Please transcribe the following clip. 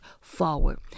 forward